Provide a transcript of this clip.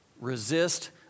resist